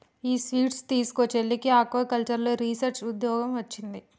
ఈ స్వీట్ తీస్కో, చెల్లికి ఆక్వాకల్చర్లో రీసెర్చ్ ఉద్యోగం వొచ్చింది